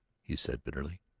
he said bitterly.